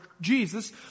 Jesus